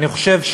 אני חושב,